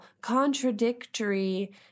contradictory